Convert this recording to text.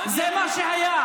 זה מה שהיה.